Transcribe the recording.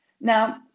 now